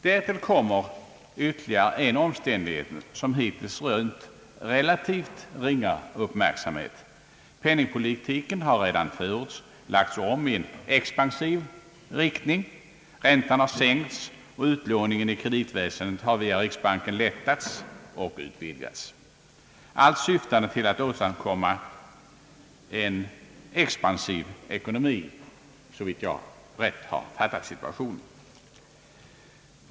Därtill kommer ytterligare en om ständighet som hittills rönt relativt ringa uppmärksamhet, Penningpolitiken har redan förut lagts om i en expansiv riktning, räntan har sänkts, och utlåningen i kreditväsendet har via riksbanken lättats och utvidgats, allt syftande till att åstadkomma en expansiv ekonomi, såvitt jag rätt har fattat situationen.